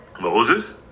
Moses